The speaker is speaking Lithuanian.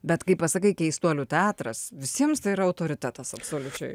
bet kai pasakai keistuolių teatras visiems tai yra autoritetas absoliučiai